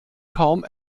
kaum